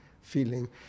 feeling